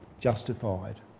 justified